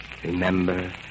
Remember